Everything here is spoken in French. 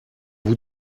vous